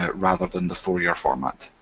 ah rather than the four-year format.